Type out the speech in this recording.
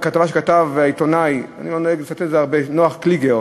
כתבה שכתב העיתונאי נח קליגר: